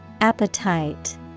Appetite